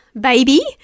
baby